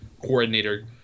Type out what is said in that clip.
coordinator